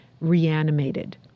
reanimated